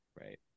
right